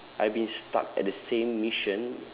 I've been stuck at the same mission